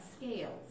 scales